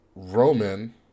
Roman